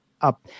up